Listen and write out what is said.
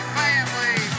family